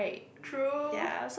true